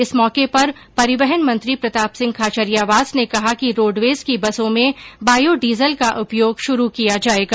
इस मौके पर परिवहन मंत्री प्रताप सिंह खाचरियावास ने कहा कि रोडवेज की बसों में बॉयोडीजल का उपयोग शुरू किया जाएगा